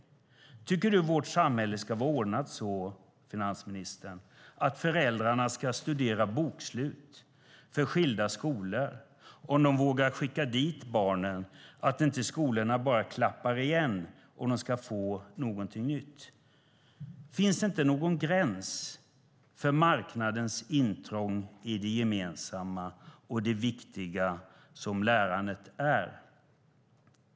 Tycker du, finansministern, att vårt samhälle ska vara ordnat så att föräldrarna ska studera bokslut för skilda skolor för att se om de vågar skicka dit barnen, så att skolorna inte bara klappar igen och de får någonting nytt? Finns det inte någon gräns för marknadens intrång i det gemensamma och viktiga som lärandet är?